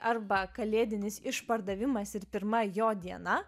arba kalėdinis išpardavimas ir pirma jo diena